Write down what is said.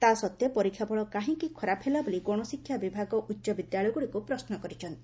ତା' ସତ୍ତେ ପରୀକ୍ଷାଫଳ କାହିଁକି ଖରାପ ହେଲା ବୋଲି ଗଣଶିକ୍ଷା ବିଭାଗ ଉଚ୍ଚବିଦ୍ୟାଳୟଗୁଡ଼ିକୁ ପ୍ରଶ୍ନ କରିଛନ୍ତି